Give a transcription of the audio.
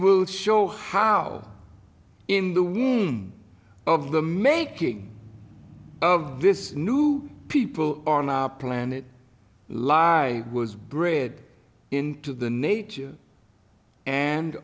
will show how in the womb of the making of this new people on our planet lie was brid into the nature and